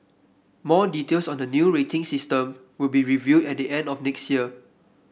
more details on the new rating system will be revealed at the end of next year